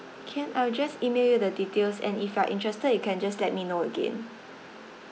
can I will just email you the details and if you're interested you can just let me know again